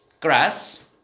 grass